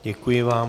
Děkuji vám.